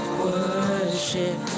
worship